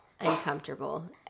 uncomfortable